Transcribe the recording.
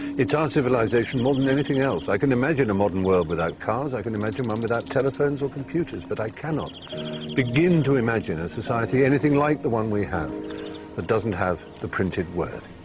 it's our civilisation more than anything else. i can imagine a modern world without cars. i can imagine one without telephones or computers. but i cannot begin to imagine a society anything like the one we have that doesn't have the printed word.